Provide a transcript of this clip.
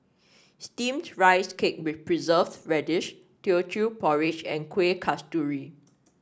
steamed Rice Cake with Preserved Radish Teochew Porridge and Kuih Kasturi